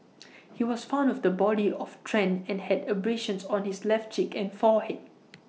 he was found of the body of Tran and had abrasions on his left cheek and forehead